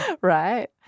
Right